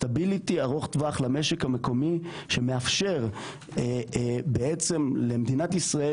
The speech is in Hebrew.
יציבות ארוכת טווח למשק המקומי שמאפשרת בעצם למדינת ישראל